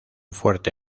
fuerte